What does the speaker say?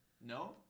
No